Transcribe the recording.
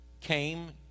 came